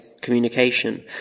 communication